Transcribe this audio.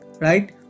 Right